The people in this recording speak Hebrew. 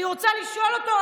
אני רוצה לשאול אותו,